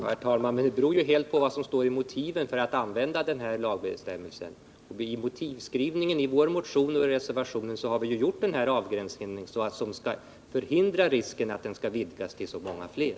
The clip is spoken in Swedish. Herr talman! Hur man skall använda den här lagbestämmelsen beror ju helt och hållet på vad som står i motiven, och i motivskrivningen i vår motion och i reservationen har vi gjort en avgränsning, som skulle hindra att det blir en utvidgning till att omfatta många fler.